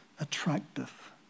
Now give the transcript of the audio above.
attractive